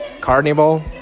carnival